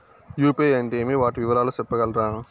UPI అంటే ఏమి? వాటి వివరాలు సెప్పగలరా?